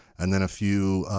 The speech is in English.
and then a few